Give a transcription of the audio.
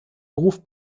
beruf